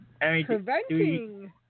preventing